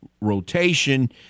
rotation